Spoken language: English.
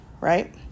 Right